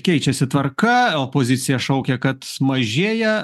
keičiasi tvarka opozicija šaukia kad mažėja